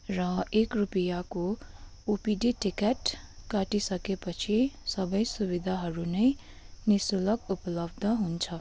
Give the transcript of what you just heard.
र एक रुपियाँको ओपिडी टिकट काटिसके पछि सबै सुबिधाहरू नै निःशुलक उपलब्ध हुन्छ